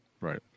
Right